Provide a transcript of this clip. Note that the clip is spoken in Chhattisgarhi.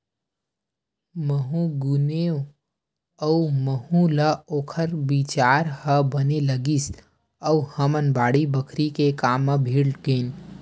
महूँ गुनेव अउ महूँ ल ओखर बिचार ह बने लगिस अउ हमन बाड़ी बखरी के काम म भीड़ गेन